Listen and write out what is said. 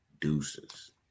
Deuces